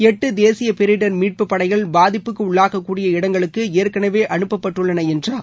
எட்டு தேசிய பேரிடர் மீட்புப் படைகள் பாதிப்புக்கு உள்ளாகக்கூடிய இடங்களுக்கு ஏற்கனவே அனுப்பப்பட்டுள்ளன என்றார்